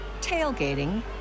tailgating